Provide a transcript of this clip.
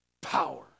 power